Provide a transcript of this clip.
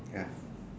ya